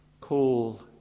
call